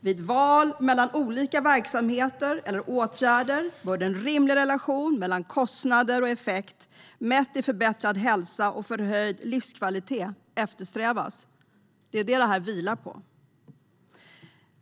Vid val mellan olika verksamheter eller åtgärder bör en rimlig relation mellan kostnader och effekt, mätt i förbättrad hälsa och förhöjd livskvalitet, eftersträvas. Det är vad det här vilar på.